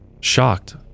Shocked